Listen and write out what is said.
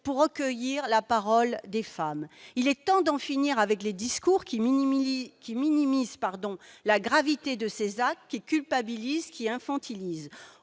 pour recueillir la parole des femmes. Il est temps d'en finir avec les discours qui minimisent la gravité de ces actes, qui culpabilisent et infantilisent.